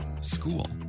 school